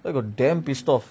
I got damn pissed off